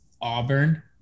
Auburn